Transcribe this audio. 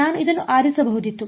ನಾನು ಇದನ್ನು ಆರಿಸಬಹುದಿತ್ತು